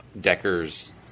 deckers